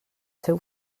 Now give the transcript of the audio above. seu